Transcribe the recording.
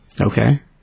Okay